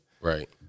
Right